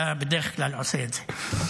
אתה בדרך כלל עושה את זה.